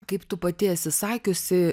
kaip tu pati esi sakiusi